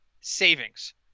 savings